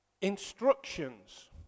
instructions